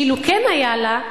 כי אילו כן היתה לה,